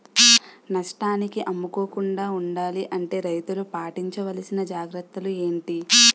నష్టానికి అమ్ముకోకుండా ఉండాలి అంటే రైతులు పాటించవలిసిన జాగ్రత్తలు ఏంటి